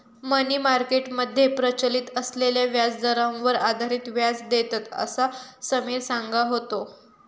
मनी market मध्ये प्रचलित असलेल्या व्याजदरांवर आधारित व्याज देतत, असा समिर सांगा होतो